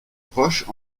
roche